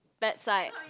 backside